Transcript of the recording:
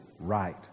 Right